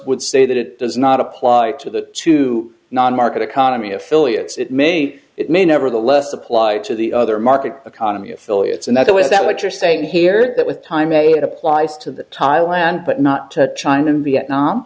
would say that it does not apply to the two non market economy affiliates it may it may nevertheless apply to the other market economy affiliates and that though is that what you're saying here that with time a it applies to the thailand but not to china and vietnam